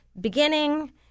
beginning